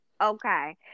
Okay